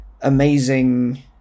amazing